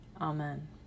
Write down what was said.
Amen